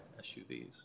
SUVs